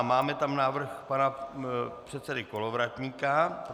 Máme tam návrh pana předsedy Kolovratníka.